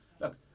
look